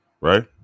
Right